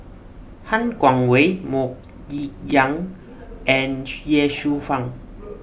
Han Guangwei Mok Ying Jang and Ye Shufang